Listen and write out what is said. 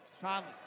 Conley